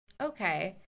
okay